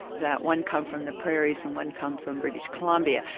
that one come from the prairies and one come from british columbia.